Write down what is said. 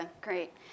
great